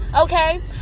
Okay